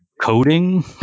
coding